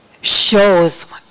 shows